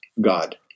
God